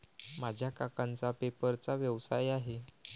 माझ्या काकांचा पेपरचा व्यवसाय आहे